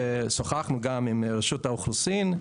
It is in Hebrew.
ושוחחנו גם עם רשות האוכלוסין.